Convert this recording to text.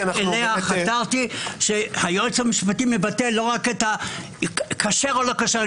כשר או לא כשר,